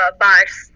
bars